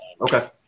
Okay